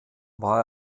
war